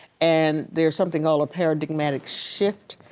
and there's something all paradigmatic shift.